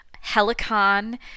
Helicon